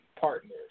partners